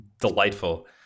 delightful